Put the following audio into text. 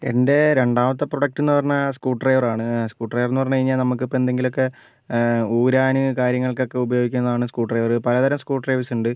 എൻ്റെ രണ്ടാമത്തെ പ്രോഡക്റ്റെന്നു പറഞ്ഞാൽ സ്ക്രൂ ഡ്രൈവറാണ് സ്ക്രൂ ഡ്രൈവറെന്ന് പറഞ്ഞ്കഴിഞ്ഞാൽ നമുക്കിപ്പോൾ എന്തെങ്കിലുമൊക്കെ ഊരാൻ കാര്യങ്ങൾക്കൊക്കെ ഉപയോഗിക്കുന്നതാന് സ്ക്രൂ ഡ്രൈവർ പലതരം സ്ക്രൂ ഡ്രൈവേഴ്സ് ഉണ്ട്